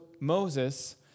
Moses